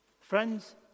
Friends